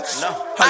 No